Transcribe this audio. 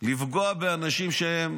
לפגוע באנשים שהם